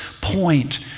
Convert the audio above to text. point